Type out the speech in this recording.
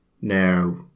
now